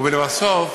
ולבסוף,